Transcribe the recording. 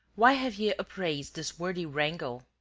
why have ye upraised this wordy wrangle?